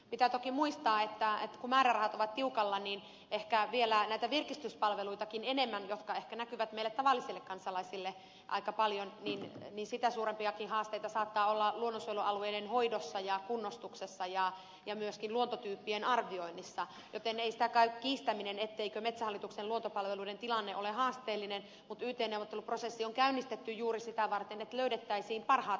pitää toki muistaa että kun määrärahat ovat tiukalla niin ehkä vielä näitä virkistyspalveluitakin jotka ehkä näkyvät meille tavallisille kansalaisille aika paljon suurempia haasteita saattaa olla luonnonsuojelualueiden hoidossa ja kunnostuksessa ja myöskin luontotyyppien arvioinnissa joten ei sitä käy kiistäminen etteikö metsähallituksen luontopalveluiden tilanne ole haasteellinen mutta yt neuvotteluprosessi on käynnistetty juuri sitä varten että löydettäisiin parhaat mahdolliset ratkaisut